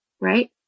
Right